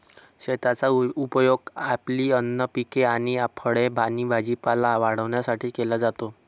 शेताचा उपयोग आपली अन्न पिके आणि फळे आणि भाजीपाला वाढवण्यासाठी केला जातो